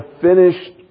finished